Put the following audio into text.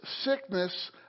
sickness